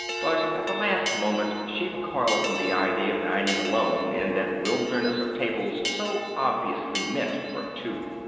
but at the last moment she recoiled from the idea of dining alone in that wilderness of tables so obviously meant for two.